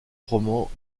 romans